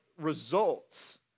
results